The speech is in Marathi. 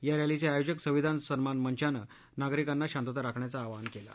या रॅलीचक्रियोजक संविधान सन्मान मंचानं नागरिकांना शांतता राखण्याचं आवाहन कलि